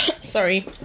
sorry